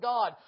God